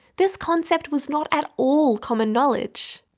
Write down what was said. this concept was not at all common knowledge,